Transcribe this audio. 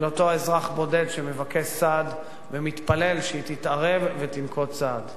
של אותו אזרח בודד שמבקש סעד ומתפלל שהיא תתערב ותנקוט צעד.